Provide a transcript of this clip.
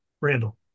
Randall